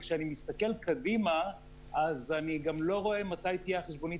וכשאני מסתכל קדימה אני גם לא רואה מתי תהיה החשבונית